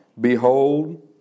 Behold